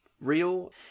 real